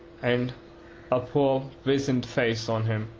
and a poor wizened face on him,